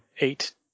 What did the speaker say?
eight